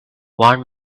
one